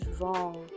wrong